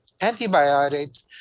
Antibiotics